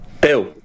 Bill